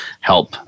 help